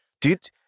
dude